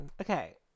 Okay